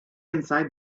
inside